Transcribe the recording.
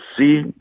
see